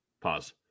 Pause